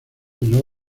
los